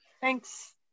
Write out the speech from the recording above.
thanks